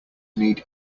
need